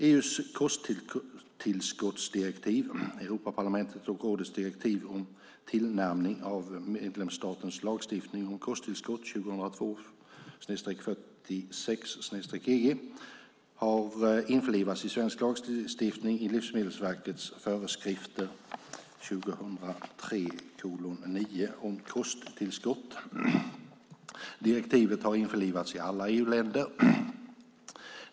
EU:s kosttillskottsdirektiv har införlivats i svensk lagstiftning i Livsmedelsverkets föreskrifter om kosttillskott. Direktivet har införlivats i alla EU-länder.